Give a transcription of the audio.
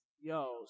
Yo